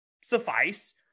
suffice